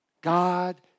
God